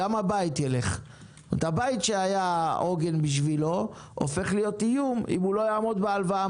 צריך לזכור שאנחנו נמצאים עכשיו בעידן שבו האינפלציה מתחילה לעלות,